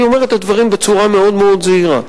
אני אומר את הדברים בצורה מאוד זהירה.